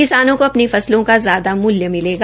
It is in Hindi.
किसानों को अपनी फसलों का ज्यादा भाव मिलेगा